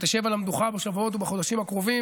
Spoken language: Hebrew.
שתשב על המדוכה בשבועות ובחודשים הקרובים